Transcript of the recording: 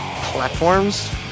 platforms